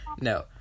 No